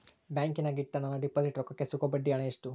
ಬ್ಯಾಂಕಿನಾಗ ಇಟ್ಟ ನನ್ನ ಡಿಪಾಸಿಟ್ ರೊಕ್ಕಕ್ಕೆ ಸಿಗೋ ಬಡ್ಡಿ ಹಣ ಎಷ್ಟು?